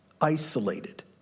isolated